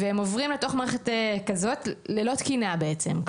והם עוברים לתוך מערכת כזאת ללא תקינה בעצם.